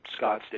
Scottsdale